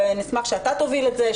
ואני אשמח שאתה תוביל את זה,